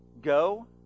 go